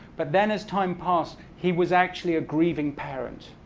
but then as time passed, he was actually a grieving parent.